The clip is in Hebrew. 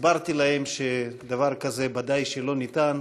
הסברתי להם שדבר כזה ודאי שלא ניתן